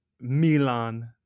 Milan